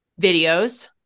videos